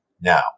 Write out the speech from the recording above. Now